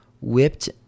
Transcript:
whipped